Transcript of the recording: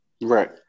Right